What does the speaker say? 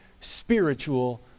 spiritual